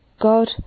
God